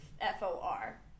F-O-R